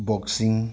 boxing